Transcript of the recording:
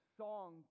song